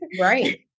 Right